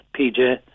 PJ